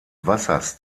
wassers